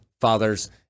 fathers